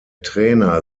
trainer